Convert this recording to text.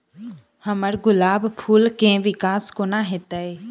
हम्मर गुलाब फूल केँ विकास कोना हेतै?